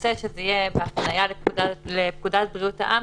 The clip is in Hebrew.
נרצה שזה יהיה בהפנייה לפקודת בריאות העם,